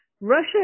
Russia